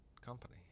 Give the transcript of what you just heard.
company